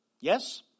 Yes